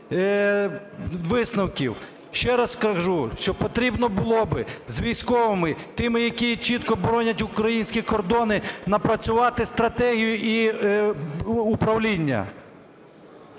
непоправних висновків. Ще раз кажу, що потрібно було б з військовими, тими, які чітко боронять українські кордони напрацювати стратегію і управління.